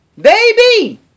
baby